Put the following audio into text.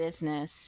business